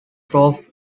through